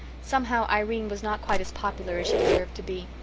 somehow irene was not quite as popular as she deserved to be.